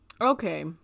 Okay